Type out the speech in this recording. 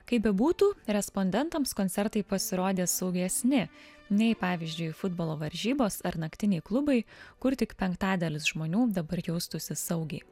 kaip bebūtų respondentams koncertai pasirodė saugesni nei pavyzdžiui futbolo varžybos ar naktiniai klubai kur tik penktadalis žmonių dabar jaustųsi saugiai